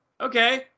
Okay